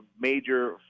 major